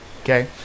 Okay